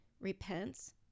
repents